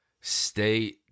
Stay